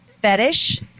Fetish